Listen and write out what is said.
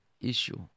issue